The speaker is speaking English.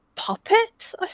Puppet